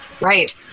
right